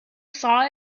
saw